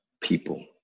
people